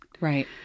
Right